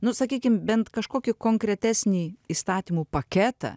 nu sakykim bent kažkokį konkretesnį įstatymų paketą